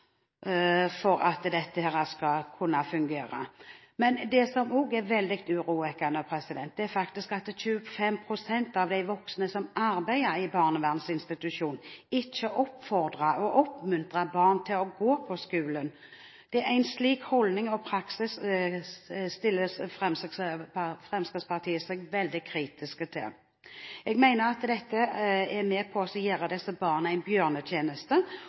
for at dette skal kunne fungere. Men det som også er veldig urovekkende, er at 25 pst. av de voksne som arbeider i barnevernsinstitusjon, ikke oppfordrer og oppmuntrer barna til å gå på skolen. En slik holdning og praksis stiller Fremskrittspartiet seg veldig kritisk til. Jeg mener at dette er å gjøre disse barna en bjørnetjeneste